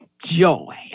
joy